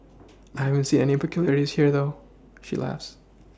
I haven't seen any peculiarities here she laughs